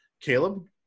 caleb